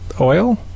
Oil